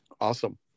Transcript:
Awesome